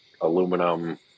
aluminum